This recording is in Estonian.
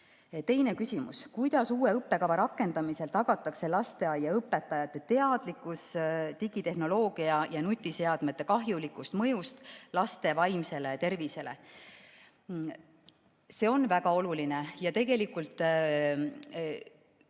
Teine küsimus: "Kuidas uue õppekava rakendamisel tagatakse lasteaiaõpetajate teadlikkus digitehnoloogia ja nutiseadmete kahjulikust mõjust laste vaimsele tervisele?" See on väga oluline ja tegelikult